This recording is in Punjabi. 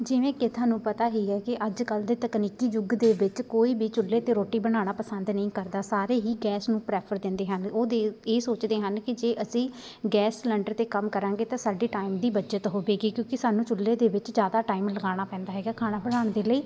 ਜਿਵੇਂ ਕਿ ਤੁਹਾਨੂੰ ਪਤਾ ਹੀ ਹੈ ਕਿ ਅੱਜ ਕੱਲ੍ਹ ਦੇ ਤਕਨੀਕੀ ਯੁੱਗ ਦੇ ਵਿੱਚ ਕੋਈ ਵੀ ਚੁੱਲ੍ਹੇ 'ਤੇ ਰੋਟੀ ਬਣਾਉਣਾ ਪਸੰਦ ਨਹੀਂ ਕਰਦਾ ਸਾਰੇ ਹੀ ਗੈਸ ਨੂੰ ਪ੍ਰੈਫਰ ਦਿੰਦੇ ਹਨ ਉਹ ਦੇ ਇਹ ਸੋਚਦੇ ਹਨ ਕਿ ਜੇ ਅਸੀਂ ਗੈਸ ਸਲੰਡਰ 'ਤੇ ਕੰਮ ਕਰਾਂਗੇ ਤਾਂ ਸਾਡੀ ਟਾਈਮ ਦੀ ਬੱਚਤ ਹੋਵੇਗੀ ਕਿਉਂਕਿ ਸਾਨੂੰ ਚੁੱਲ੍ਹੇ ਦੇ ਵਿੱਚ ਜ਼ਿਆਦਾ ਟਾਈਮ ਲਗਾਉਣਾ ਪੈਂਦਾ ਹੈਗਾ ਖਾਣਾ ਬਣਾਉਣ ਦੇ ਲਈ